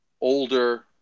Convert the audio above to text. older